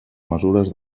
mesures